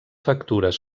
factures